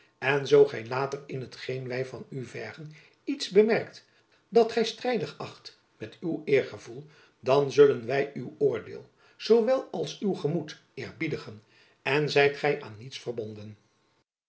en zoo gy later in hetgeen wy van u vergen iets bemerkt dat gy strijdig acht met uw eergevoel dan zullen wy uw oordeel zoo wel als uw gevoel eerbiedigen en zijt gy aan niets verbonden